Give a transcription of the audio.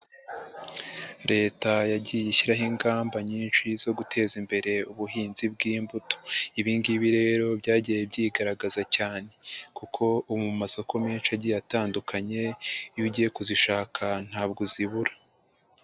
Leta yagiye ishyiraho ingamba nyinshi zo guteza imbere ubuhinzi bw'imbuto, ibingibi rero byagiye byigaragaza cyane kuko ubu mu masoko menshi agiye atandukanye iyo ugiye kuzishaka ntabwo uzibura.